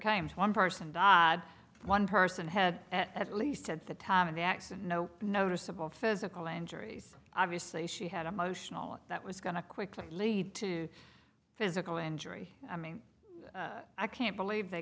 times one person dod one person had at least at the time of the accident no noticeable physical injuries obviously she had emotional that was going to quickly lead to physical injury i mean i can't believe they